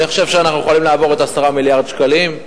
אני חושב שאנחנו יכולים לעבור את 10 מיליארד השקלים.